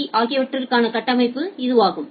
B ஆகியவற்றுக்கான கட்டமைப்பு இதுவாகும்